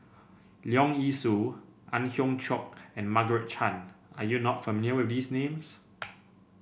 Leong Yee Soo Ang Hiong Chiok and Margaret Chan are you not familiar with these names